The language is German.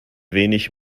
wenig